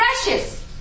precious